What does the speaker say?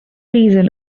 reason